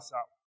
up